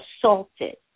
assaulted